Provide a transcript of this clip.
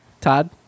Todd